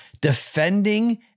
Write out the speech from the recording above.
defending